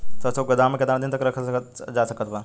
सरसों के गोदाम में केतना दिन तक रखल जा सकत बा?